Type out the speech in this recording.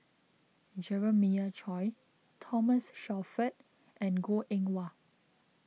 Jeremiah Choy Thomas Shelford and Goh Eng Wah